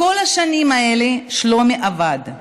כל השנים האלה שלומי עבד.